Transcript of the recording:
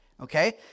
Okay